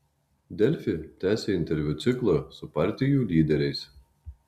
delfi tęsia interviu ciklą su partijų lyderiais